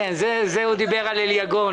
הוא דיבר על אליגון.